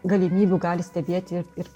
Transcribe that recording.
galimybių gali stebėti ir ir